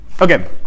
Okay